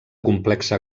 complexa